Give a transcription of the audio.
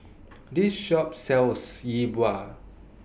This Shop sells Yi Bua